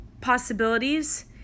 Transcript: possibilities